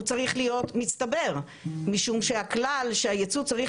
הוא צריך להיות מצטבר משום שהכלל שהייצוא צריך